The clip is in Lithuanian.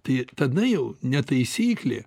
tai tada jau ne taisyklė